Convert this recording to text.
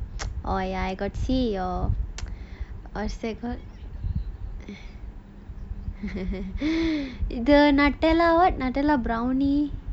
orh ya I got see your the Nutella what the Nutella brownie